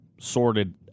sorted